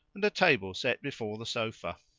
and a table set before the sofa.